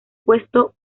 puesto